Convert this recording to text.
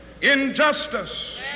injustice